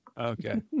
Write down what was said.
okay